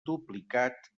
duplicat